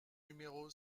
numéro